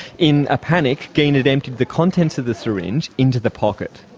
in a panic, geen had emptied the contents of the syringe into the pocket.